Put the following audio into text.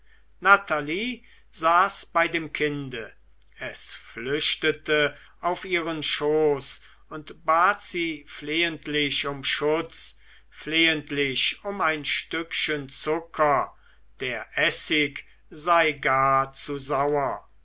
natalie saß bei dem kinde es flüchtete auf ihren schoß und bat sie flehentlich um schutz flehentlich um ein stückchen zucker der essig sei gar zu sauer